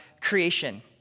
creation